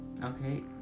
Okay